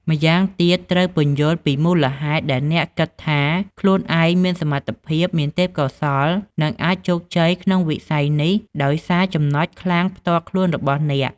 ម្យ៉ាងទៀត ត្រូវពន្យល់ពីមូលហេតុដែលអ្នកគិតថាខ្លួនឯងមានសមត្ថភាព មានទេពកោសល្យ និងអាចជោគជ័យក្នុងវិស័យនេះដោយសារចំណុចខ្លាំងផ្ទាល់ខ្លួនរបស់អ្នក។